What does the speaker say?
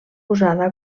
usada